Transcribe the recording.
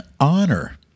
honor